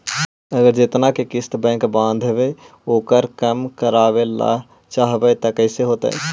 अगर जेतना के किस्त बैक बाँधबे ओकर कम करावे ल चाहबै तब कैसे होतै?